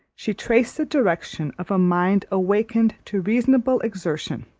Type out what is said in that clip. she traced the direction of a mind awakened to reasonable exertion